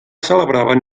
celebraven